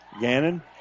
Gannon